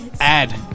Add